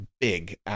big